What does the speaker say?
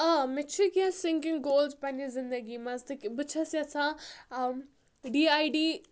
آ مےٚ چھُ کینٛہہ سِنٛگِنٛگ گولٕز پنٛنہِ زندگی منٛز تہٕ بہٕ چھَس یَژھان ڈی آی ڈی